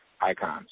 icons